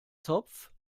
zopf